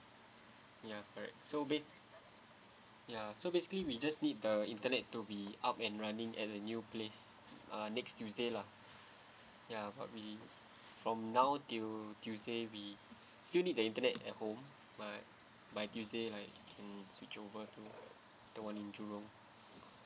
ya correct so base ya so basically we just need the internet to be up and running at the new place uh next tuesday lah ya but we from now till tuesday we still need the internet at home by by tuesday like we can switch over to the one in jurong